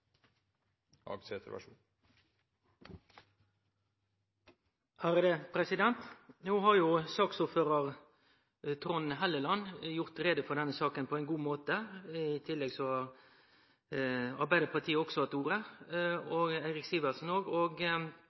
før de velger hvilket parti de skal gi sin stemme til? Saksordførar Trond Helleland har gjort greie for denne saka på ein god måte. I tillegg har òg Arbeidarpartiets Eirik Sivertsen hatt ordet.